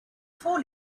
four